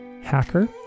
hacker